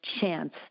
chance